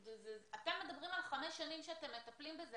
אתם מדברים על חמש שנים שאתם מטפלים בזה.